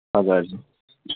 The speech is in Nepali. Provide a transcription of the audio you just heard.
हजुर हजुर